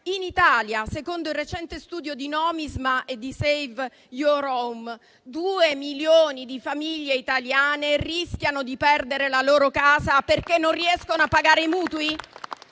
in Italia, secondo il recente studio di Nomisma e di Save your home, due milioni di famiglie italiane rischiano di perdere la loro casa perché non riescono a pagare i mutui?